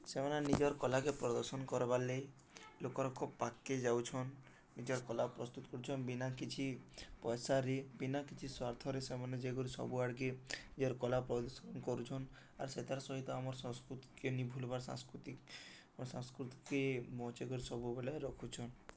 ସେମାନେ ନିଜର୍ କଲାକେ ପ୍ରଦର୍ଶନ୍ କର୍ବାର୍ ଲାଗି ଲୋକର ଖୋବ୍ ପଖ୍କେ ଯାଉଛନ୍ ନିଜର୍ କଲା ପ୍ରସ୍ତୁତ୍ କରୁଛନ୍ ବିନା କିଛି ପଏସାରେ ବିନା କିଛି ସ୍ଵାର୍ଥରେ ସେମାନେ ଯାଇକରି ସବୁ ଆଡ଼୍କେ ନିଜର୍ କଲା ପ୍ରଦର୍ଶନ୍ କରୁଛନ୍ ଆର୍ ସେତାର୍ ସହିତ ଆମର୍ ସଂସ୍କୃତିକ ନି ଭୁଲ୍ବାର୍ ସାଂସ୍କୃତି ସାଂସ୍କୃତିକେ ବଁଚେଇକରି ସବୁବେଳେ ରଖୁଛନ୍